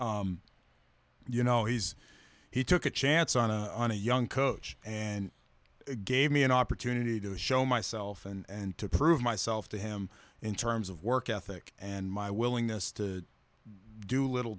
you know he's he took a chance on a on a young coach and gave me an opportunity to show myself and to prove myself to him in terms of work ethic and my willingness to do little